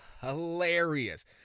hilarious